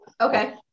Okay